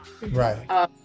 Right